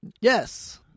Yes